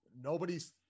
nobody's